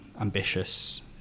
ambitious